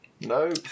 No